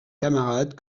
camarades